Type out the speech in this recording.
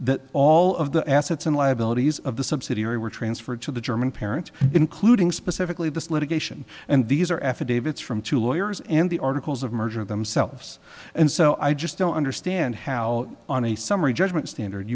that all of the assets and liabilities of the subsidiary were transferred to the german parent including specifically this litigation and these are affidavits from two lawyers and the articles of merger themselves and so i just don't understand how on a summary judgment standard